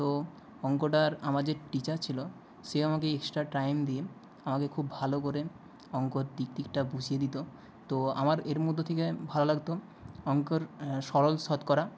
তো অঙ্কটার আমার যে টিচার ছিলো সে আমাকে এক্সট্রা টাইম দিয়ে আমাকে খুব ভালো করে অঙ্কর দিক দিকটা বুঝিয়ে দিতো তো আমার এর মধ্য থেকে ভালো লাগতো অঙ্কর সরল শতকরা